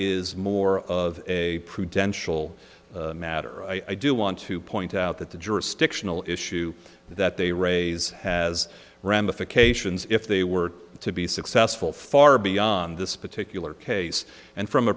is more of a prudential matter i do want to point out that the jurisdictional issue that they raise has ramifications if they were to be successful far beyond this particular case and from a